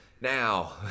now